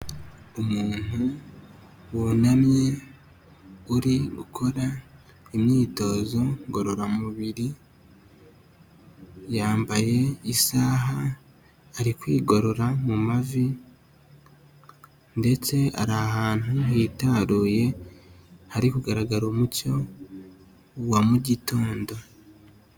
Umuntu wunamye uri gukora imyitozo ngororamubiri, yambaye isaha, ari kwigorora mu mavi ndetse ari ahantu hitaruye hari kugaragara umucyo wa mu gitondo.